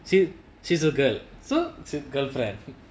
she she's a girl so girlfriend